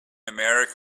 america